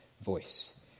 voice